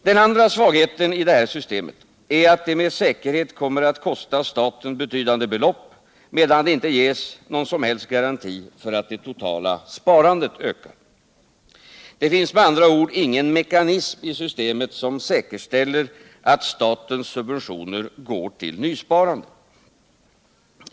Den andra svagheten i systemet är att det med säkerhet kommer att kosta staten betydande belopp medan det inte ges någon som helst garanti för att det totala sparandet ökar. Det finns med andra ord ingen mekanism i systemet som säkerställer att statens subventioner går till nysparande.